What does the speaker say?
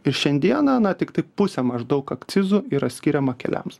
ir šiandieną na tiktai pusė maždaug akcizų yra skiriama keliams